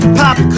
pop